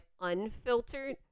Unfiltered